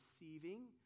receiving